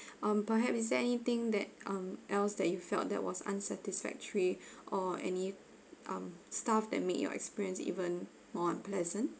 um perhaps is there anything that um else that you felt that was unsatisfactory or any um staff that make your experience even more unpleasant